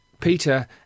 Peter